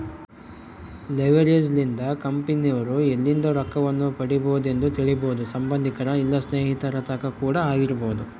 leverage ಲಿಂದ ಕಂಪೆನಿರೊ ಎಲ್ಲಿಂದ ರೊಕ್ಕವನ್ನು ಪಡಿಬೊದೆಂದು ತಿಳಿಬೊದು ಸಂಬಂದಿಕರ ಇಲ್ಲ ಸ್ನೇಹಿತರ ತಕ ಕೂಡ ಆಗಿರಬೊದು